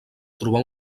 trobar